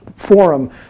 forum